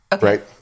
right